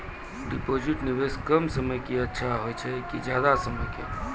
Deposit निवेश कम समय के के अच्छा होय छै ज्यादा समय के?